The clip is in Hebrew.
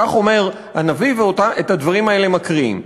כך אומר הנביא, ואת הדברים האלה מקריאים.